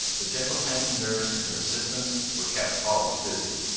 the gentle-handed nurse and her assistants were kept always busy.